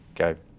Okay